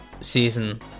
season